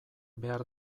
behar